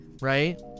right